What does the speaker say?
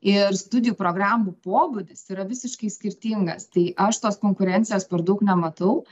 ir studijų programų pobūdis yra visiškai skirtingas tai aš tos konkurencijos per daug nematau